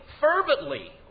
fervently